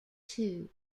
two